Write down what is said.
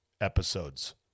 episodes